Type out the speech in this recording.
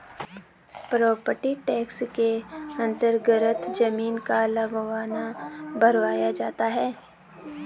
property tax के अन्तर्गत जमीन का लगान भरवाया जाता है